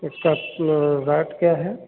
उसका रैट क्या है